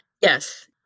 Yes